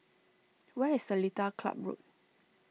where is Seletar Club Road